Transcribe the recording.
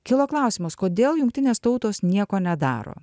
kilo klausimas kodėl jungtinės tautos nieko nedaro